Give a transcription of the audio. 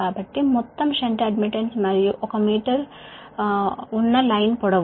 కాబట్టి మొత్తం shunt admittance మరియు l మీటర్ లైన్ పొడవు